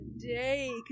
today